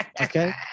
Okay